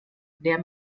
der